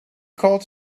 called